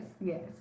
yes